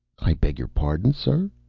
i beg your pardon, sir?